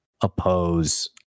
oppose